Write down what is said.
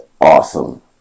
awesome